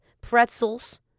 pretzels